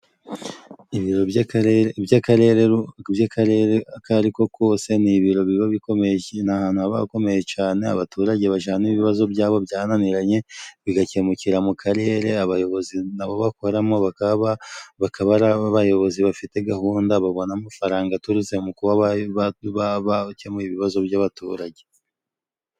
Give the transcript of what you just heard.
Ibiro by'akarere by'akarere by'akarere ako ari ko kose ni ibiro biba bikomeye ahantu haba hakomeye cane, abaturage bajana ibibazo byabo byananiranye bigakemukira mu karere, abayobozi nabo bakoramo bakaba bakaba ari abayobozi bafite gahunda ,babona amafaranga aturutse mu kuba bakemuye ibibazo by'abaturage.